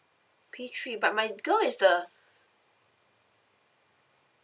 P three but my girl is the